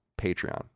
Patreon